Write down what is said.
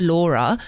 Laura